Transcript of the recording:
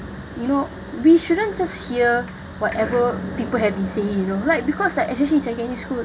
you know we shouldn't just hear whatever people have been saying you know like because like especially secondary school